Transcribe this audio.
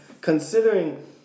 Considering